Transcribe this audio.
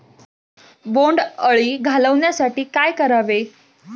बोंडअळी घालवण्यासाठी काय करावे?